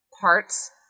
parts